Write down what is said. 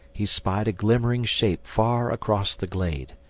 he spied a glimmering shape far across the glade.